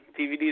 DVDs